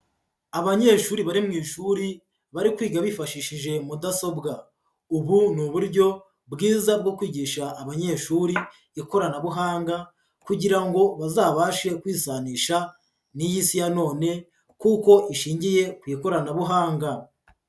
Abanyeshuri bari mu ishuri bari kwiga bifashishije mudasobwa, ubu ni uburyo bwiza bwo kwigisha abanyeshuri ikoranabuhanga kugira ngo bazabashe kwisanisha n'iy' Isi ya none kuko ishingiye ku ikoranabuhanga.